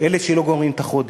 אלה שלא גומרים את החודש,